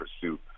pursuit